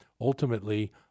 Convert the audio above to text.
ultimately